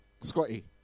Scotty